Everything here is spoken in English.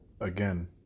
again